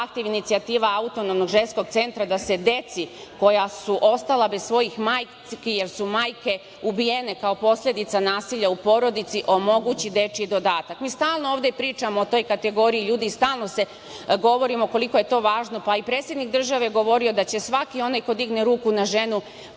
zahtev, inicijativa Autonomnog ženskog centra da se deci koja su ostala bez svojih majki, jer su majke ubijene kao posledica nasilja u porodici, omogući dečiji dodatak. Mi stalno ovde pričamo o toj kategoriji ljudi, stalno govorimo koliko je to važno, pa i predsednik države je govorio da će svaki onaj ko digne ruku na ženu